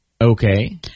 Okay